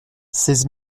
seize